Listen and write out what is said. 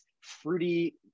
fruity